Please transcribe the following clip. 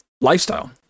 lifestyle